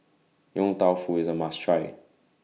Yong Tau Foo IS A must Try